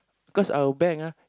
cause our bank ah